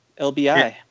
LBI